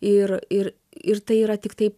ir ir ir tai yra tiktai